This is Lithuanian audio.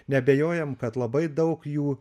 neabejojam kad labai daug jų